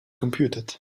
computed